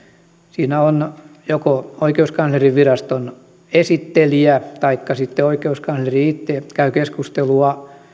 siinä on joko oikeuskanslerinviraston esittelijä taikka sitten oikeuskansleri itse käy keskustelua